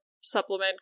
supplement